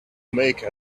make